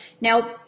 Now